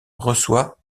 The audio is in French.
reçoit